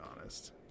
honest